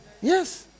Yes